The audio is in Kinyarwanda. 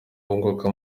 wunguka